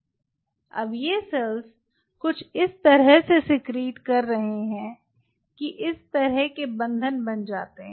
अब ये सेल्स कुछ इस तरह से सिक्रीट कर रही हैं कि इस तरह के बंधन बन जाते हैं